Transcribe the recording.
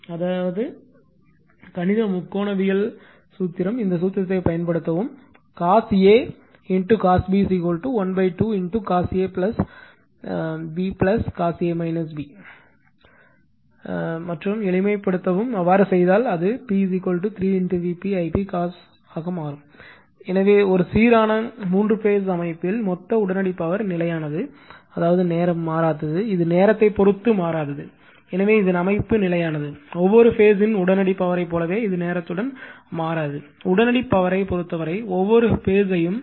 எனவே அதாவது மூன்று பேஸ்க்கு ஒன்றாக செய்தால் அது 3 Vp Ip cos ஆக இருக்கும் எனவே அது நேரம் யையும்